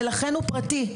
ולכן הוא פרטי,